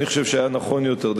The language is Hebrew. אני חושב שהיה נכון יותר,